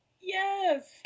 Yes